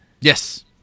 Yes